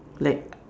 like